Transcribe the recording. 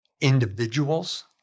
individuals